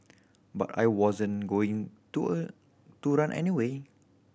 but I wasn't going to a to run any way